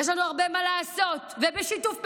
יש לנו הרבה מה לעשות, ובשיתוף פעולה.